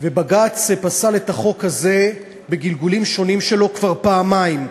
ובג"ץ פסל את החוק הזה בגלגולים שונים שלו כבר פעמיים.